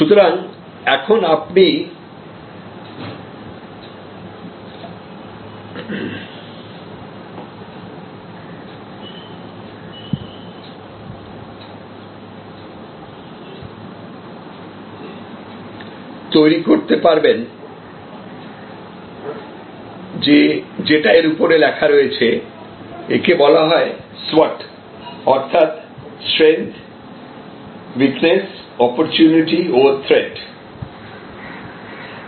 সুতরাং এখন আপনি তৈরি করতে পারবেন যেটা এর উপরে লেখা রয়েছে একে বলা হয় SWOT অর্থাৎ স্ট্রেংথ উইকনেস অপরচুনিটি ও থ্রেট t